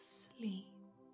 sleep